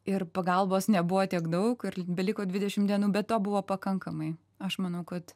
ir pagalbos nebuvo tiek daug beliko dvidešim dienų bet to buvo pakankamai aš manau kad